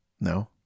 No